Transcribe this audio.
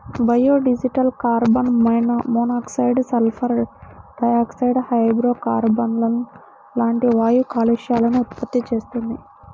biodiesel carbon monoxide, sulphur dioxide, హైడ్రోకార్బన్లు లాంటి వాయు కాలుష్యాలను ఉత్పత్తి చేస్తుంది